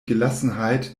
gelassenheit